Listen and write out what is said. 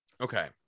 Okay